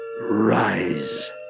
Rise